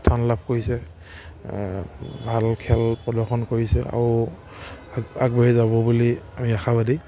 স্থান লাভ কৰিছে ভাল খেল প্ৰদৰ্শন কৰিছে আৰু আগ আগবাঢ়ি যাব বুলি আমি আশাবাদী